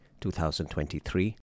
2023